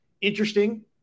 interesting